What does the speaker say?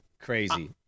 crazy